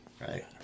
right